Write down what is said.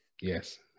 yes